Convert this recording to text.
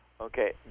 Okay